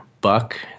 Buck